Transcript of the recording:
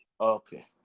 okay